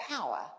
power